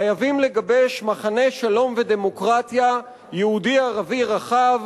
חייבים לגבש מחנה שלום ודמוקרטיה יהודי-ערבי רחב,